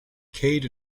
cade